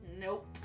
Nope